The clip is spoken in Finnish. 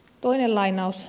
toinen lainaus